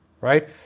right